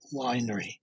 Winery